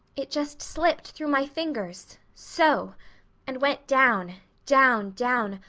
it just slipped through my fingers so and went down down down,